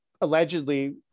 allegedly